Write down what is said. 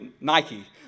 Nike